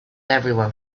everyone